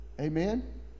amen